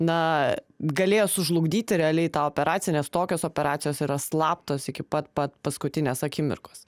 na galėjo sužlugdyti realiai tą operaciją nes tokios operacijos yra slaptos iki pat pat paskutinės akimirkos